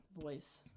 voice